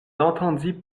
entendit